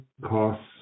costs